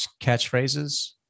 catchphrases